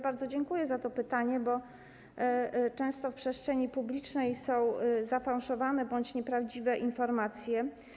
Bardzo dziękuję za to pytanie, bo często w przestrzeni publicznej są zafałszowane bądź nieprawdziwe informacje.